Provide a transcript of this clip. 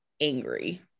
angry